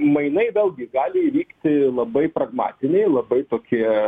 mainai vėlgi gali įvykti labai pragmatiniai labai tokie